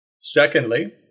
Secondly